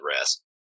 rest